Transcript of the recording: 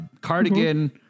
cardigan